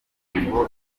ntego